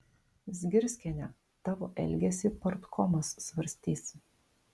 zgirskiene tavo elgesį partkomas svarstys